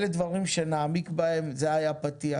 אלה הדברים שנעמיק בהם, זה היה הפתיח.